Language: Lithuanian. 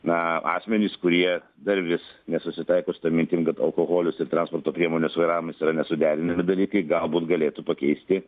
na asmenys kurie dar vis nesusitaiko su ta mintim kad alkoholis ir transporto priemonės vairavimas yra nesuderinami dalykai galbūt galėtų pakeisti